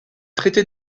traité